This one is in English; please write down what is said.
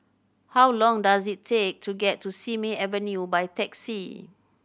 how long does it take to get to Simei Avenue by taxi